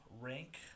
rank